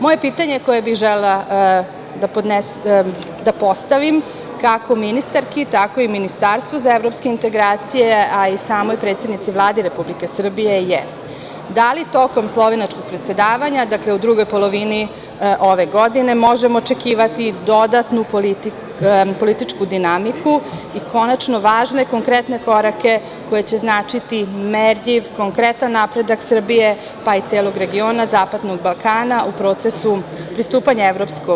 Moje pitanje koje želim da postavim, kako ministarki tako i Ministarstvu za evropske integracije, a i samoj predsednici Vlade Republike Srbije je - da li tokom slovenačkog predsedavanja, dakle, u drugoj polovini ove godine, možemo očekivati dodatnu političku dinamiku i konačno važne konkretne korake koji će značiti merljiv, konkretan napredak Srbije, pa i celog regiona zapadnog Balkana u procesu pristupanja EU?